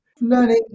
learning